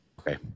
Okay